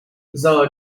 giờ